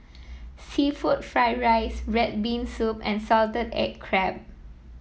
seafood Fried Rice red bean soup and Salted Egg Crab